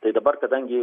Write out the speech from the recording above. tai dabar kadangi